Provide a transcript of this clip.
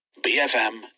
BFM